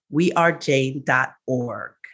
wearejane.org